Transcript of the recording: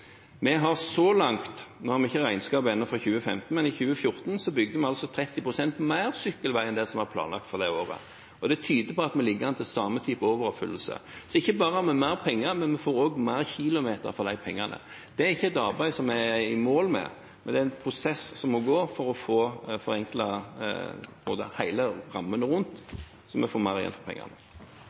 Vi har ennå ikke regnskapet for 2015, men i 2014 bygde vi 30 pst. mer sykkelvei enn det som var planlagt for det året. Det tyder på at vi ligger an til den samme typen overoppfyllelse. Så ikke bare har vi mer penger, men vi får også flere kilometer for pengene. Det er ikke et arbeid som vi er kommet i mål med, men det er en prosess som må gå for å få forenklet hele rammen rundt, slik at vi får mer igjen for pengene.